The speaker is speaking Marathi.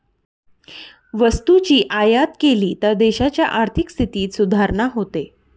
वस्तूची आयात केली तर देशाच्या आर्थिक स्थितीत सुधारणा होते